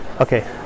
Okay